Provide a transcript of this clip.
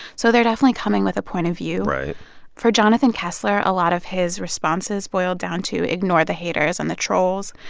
so they're definitely coming with a point of view right for jonathan kessler, a lot of his responses boil down to ignore the haters and the trolls.